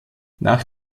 nach